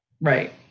Right